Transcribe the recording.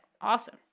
Awesome